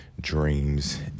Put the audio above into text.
dreams